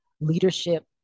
leadership